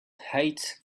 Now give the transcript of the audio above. height